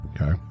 Okay